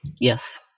Yes